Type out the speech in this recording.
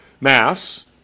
Mass